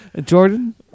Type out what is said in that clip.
Jordan